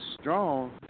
strong